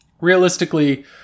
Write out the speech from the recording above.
realistically